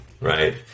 right